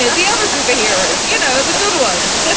yeah the other sort of here. you know, the good one so